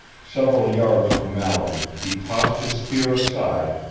several yards from mallory, he tossed his spear aside,